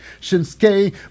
Shinsuke